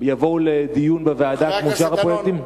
יבואו לדיון בוועדה כמו שאר הפרויקטים?